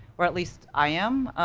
or at least i am,